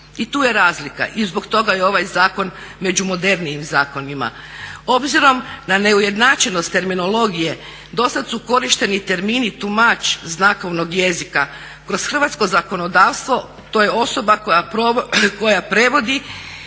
i tu je razlika i zbog toga je ovaj zakon među modernijim zakonima. Obzirom na neujednačenost terminologije do sada su korišteni termini tumač znakovnog jezika. Kroz hrvatsko zakonodavstvo to je osoba koja prevodi